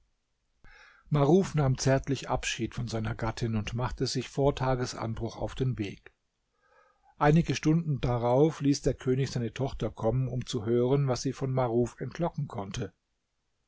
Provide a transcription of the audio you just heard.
maruf nahm zärtlich abschied von seiner gattin und machte sich vor tagesanbruch auf den weg einige stunden darauf ließ der könig seine tochter kommen um zu hören was sie von maruf entlocken konnte